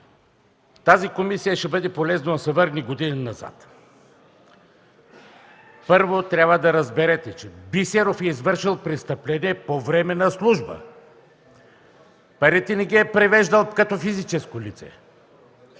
Тази комисия ще бъде полезно да се върне години назад. Първо, трябва да разберете, че Бисеров е извършил престъпления по време на служба. Парите не ги е превеждал като физическо лице.